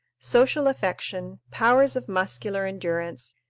social affection, powers of muscular endurance,